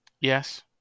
Yes